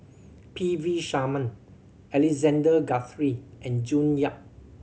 P V Sharma Alexander Guthrie and June Yap